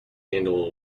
handle